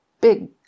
big